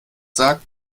sagt